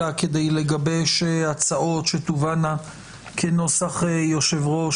כדי לגבש הצעות שתובאנה כנוסח היושב-ראש,